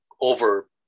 over